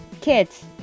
kids